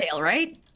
right